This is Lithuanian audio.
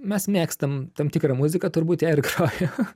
mes mėgstam tam tikrą muziką turbūt ją ir groju